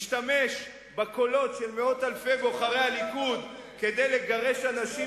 השתמש בקולות של מאות אלפי בוחרי הליכוד כדי לגרש אנשים